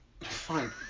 Fine